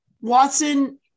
Watson